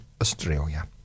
Australia